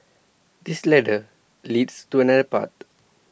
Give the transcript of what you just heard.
this ladder leads to another path